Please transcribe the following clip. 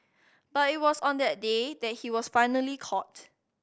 but it was on that day that he was finally caught